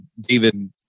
David